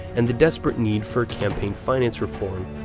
and the desperate need for campaign finance reform.